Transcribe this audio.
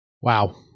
wow